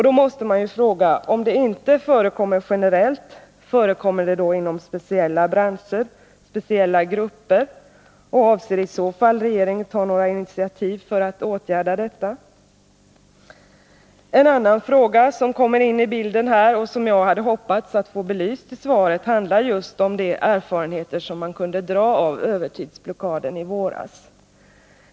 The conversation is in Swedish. Då måste man fråga: Om det inte förekommer generellt, förekommer det då inom speciella branscher eller inom speciella grupper och avser i så fall regeringen ta några initiativ för att åtgärda detta? En annan fråga som kommer in i bilden här och som jag hade hoppats få belyst i svaret handlar just om de erfarenheter man kunde dra av övertidsblockaden i våras.